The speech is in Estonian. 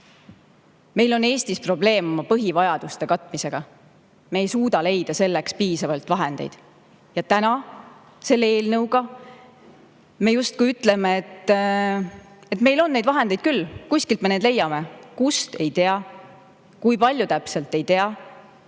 Meil on Eestis probleem põhivajaduste katmisega, me ei suuda leida selleks piisavalt vahendeid. Ja täna selle eelnõuga me justkui ütleme, et meil on vahendeid küll. Kuskilt me need leiame! Kust, ei tea, kui palju täpselt, ei tea.